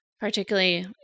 particularly